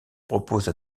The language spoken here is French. propose